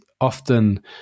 often